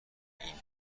این